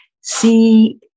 see